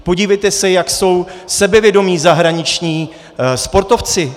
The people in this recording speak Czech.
Podívejte se, jak jsou sebevědomí zahraniční sportovci.